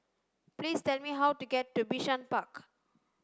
please tell me how to get to Bishan Park